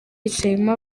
yicayemo